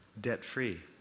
debt-free